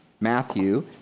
Matthew